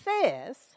says